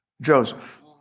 Joseph